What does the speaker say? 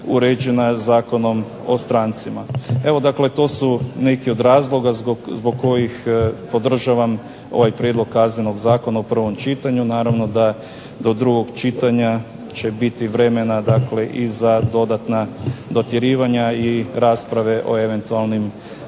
uređena zakonom o strancima. Evo, dakle to su neki od razloga zbog kojih podržavam ovaj Prijedlog Kaznenog zakona u prvom čitanju, naravno da do drugog čitanja će biti vremena i za dodatna dotjerivanja i rasprave o eventualnim